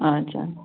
ଆଚ୍ଛା